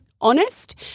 honest